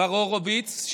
מר הורוביץ,